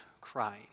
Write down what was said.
crying